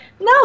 no